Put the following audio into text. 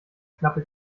knappe